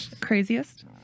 craziest